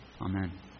Amen